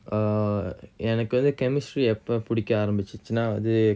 err எனக்கு வந்து:enakku vanthu chemistry எப்ப புடிக்க ஆரம்பிச்சிச்சினா வந்து:eppa pudikka aarampichichina vanthu